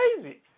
crazy